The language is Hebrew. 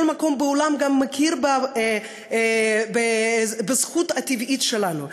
מקום בעולם גם מכיר בזכות הטבעית שלנו.